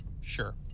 sure